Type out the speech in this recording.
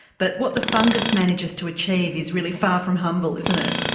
but what the fungus manages to achieve is really far from humble isn't it?